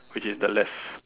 which is the left